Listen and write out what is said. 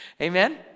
Amen